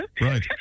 Right